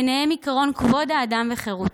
ובהם עקרון כבוד האדם וחירותו,